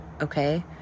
okay